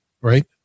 right